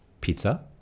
Pizza